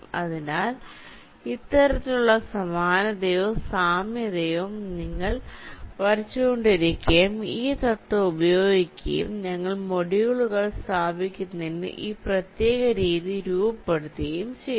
അതിനാൽ ഇത്തരത്തിലുള്ള സമാനതയോ സാമ്യതയോ നിങ്ങൾ വരച്ചുകൊണ്ടിരിക്കുകയും ഈ തത്ത്വം ഉപയോഗിക്കുകയും ഞങ്ങൾ മൊഡ്യൂളുകൾ സ്ഥാപിക്കുന്നതിന് ഈ പ്രത്യേക രീതി രൂപപ്പെടുത്തുകയും ചെയ്യുന്നു